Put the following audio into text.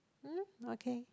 mm okay